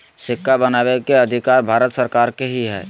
सिक्का बनबै के अधिकार भारत सरकार के ही हइ